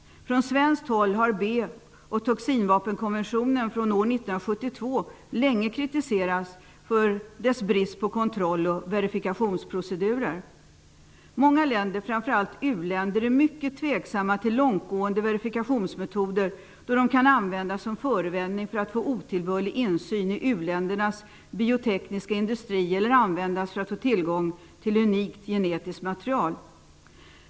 Från svenskt håll har B och toxinvapenkonventionen från år 1972 länge kritiserats för brist på kontroll och verifikationsprocedurer. Många länder, framför allt u-länder, är mycket tveksamma till långtgående verifikationsmetoder då de kan användas som förevändning för att få otillbörlig insyn i u-ländernas biotekniska industri eller användas för att få tillgång till unikt genetiskt material.